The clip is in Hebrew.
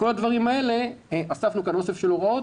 לגבי כל הדברים האלה אספנו כאן אוסף של הוראות,